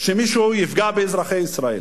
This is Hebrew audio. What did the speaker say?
שמישהו יפגע באזרחי ישראל,